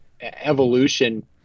evolution